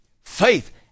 faith